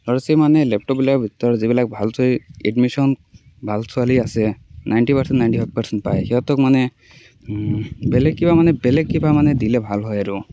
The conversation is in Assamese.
আৰু চেম আমি লেপটপ যিবিলাক ভাল চলি এডমিশ্যন ভাল ছোৱালী আছে নাইনটি পাৰ্চেণত নাইনটি ফাইভ পাৰ্চেণত পায় সিহঁতক মানে বেলেগ কিবা মানে বেলেগ কিবা মানে দিলে ভাল হয় আৰু